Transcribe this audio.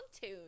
tune